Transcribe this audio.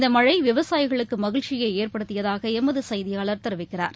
இந்த மழை விவசாயிகளுக்கு மகிழ்ச்சியை ஏற்படுத்தியதாக எமது செய்தியாளர் தெரிவிக்கிறார்